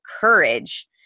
courage